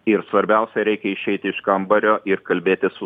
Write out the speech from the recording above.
ir svarbiausia reikia išeiti iš kambario ir kalbėti su